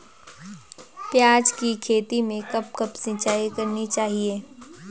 प्याज़ की खेती में कब कब सिंचाई करनी चाहिये?